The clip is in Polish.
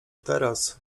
teraz